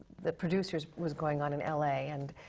the producers was going on in la and,